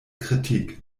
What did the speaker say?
kritik